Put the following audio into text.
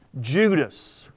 Judas